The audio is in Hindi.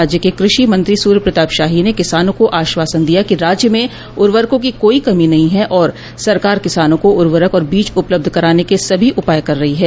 राज्य के कृषि मंत्री सूर्य प्रताप शाही ने किसानों को आश्वासन दिया कि राज्य में उर्वरकों की कोई कमी नहीं है और सरकार किसानों को उर्वरक और बीज उपलब्ध कराने के सभी उपाय कर रही है